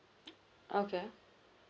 okay